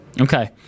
Okay